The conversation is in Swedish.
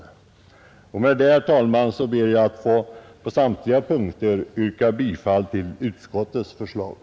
Med det anförda, herr talman, ber jag att på samtliga punkter få yrka bifall till utskottets hemställan.